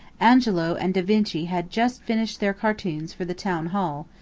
angelo and da vinci had just finished their cartoons for the town hall,